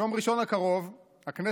יו"ר הקואליציה,